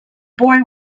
boy